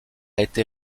été